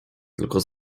tylko